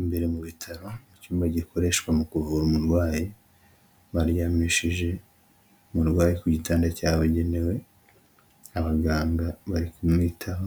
Imbere mu bitaro, icyumba gikoreshwa mu kuvura umurwayi, baryamishije umurwayi ku gitanda cyabugenewe, abaganga bari kumwitaho,